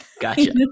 Gotcha